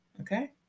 Okay